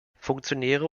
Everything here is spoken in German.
funktionäre